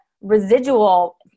residual